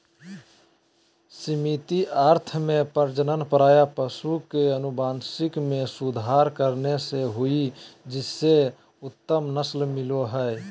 सीमित अर्थ में प्रजनन प्रायः पशु के अनुवांशिक मे सुधार करने से हई जिससे उन्नत नस्ल मिल हई